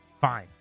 fine